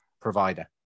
provider